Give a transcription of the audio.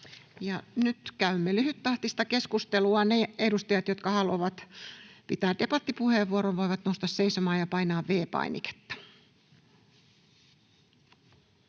Nyt käymme lyhyttahtista keskustelua. Ne edustajat, jotka haluavat pitää debattipuheenvuoron, voivat nousta seisomaan ja painaa V-painiketta.